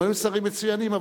הם היו שרים מצוינים,